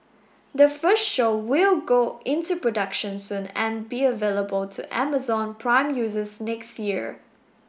the first show will go into production soon and be available to Amazon Prime users next year